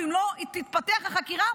ואם לא תתפתח החקירה,